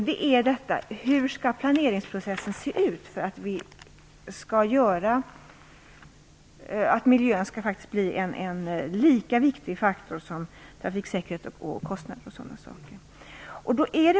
Den gäller hur planeringsprocessen skall se ut för att miljön skall bli en lika viktig faktor som t.ex. trafiksäkerhet och kostnader.